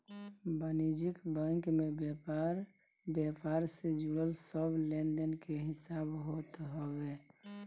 वाणिज्यिक बैंक में व्यापार व्यापार से जुड़ल सब लेनदेन के हिसाब होत हवे